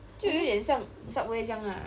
就有点像 subway 这样 lah